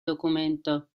documento